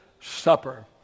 Supper